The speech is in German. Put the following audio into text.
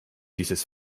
dieses